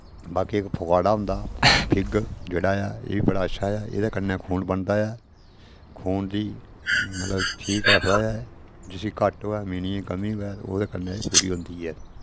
बाकी इक फकवाड़ा होंदा फिग जेह्ड़ा ऐ एह् बी बड़ा अच्छा ऐ एह्दे कन्नै खून बनदा ऐ खून दी मतलब ठीक रखदा ऐ जिसी घट्ट होऐ अमिनिए कमी होऐ ते ओह्दे कन्नै एह् पूरी होंदी ऐ